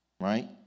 right